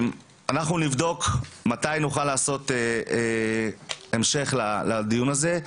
אנחנו נבדוק מתי נוכל לעשות המשך לדיון הזה,